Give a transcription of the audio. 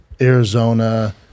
Arizona